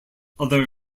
other